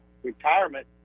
retirement